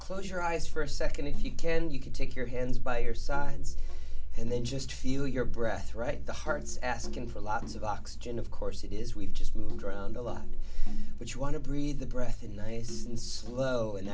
close your eyes for a second if you can you can take your hands by your sides and then just feel your breath right the heart's asking for lots of oxygen of course it is we've just moved around a lot which want to breathe the breath and nice and slow